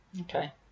okay